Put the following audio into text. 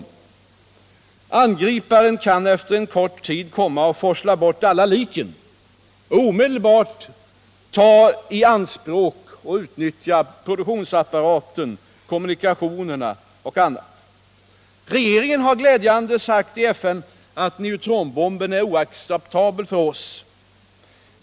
En angripare kan därför efter kort tid forsla bort alla lik och omedelbart börja utnyttja produktionsapparaten, kommunikationerna etc. Glädjande nog har regeringen i FN förklarat att neutronbomben är oacceptabel för oss.